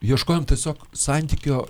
ieškojom tiesiog santykio